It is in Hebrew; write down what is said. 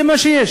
זה מה שיש.